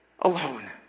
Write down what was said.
alone